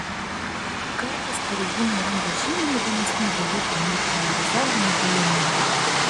kartais pareigūnai randa žymiai įdomesnių dalykų nei aerozoliniai balionėliai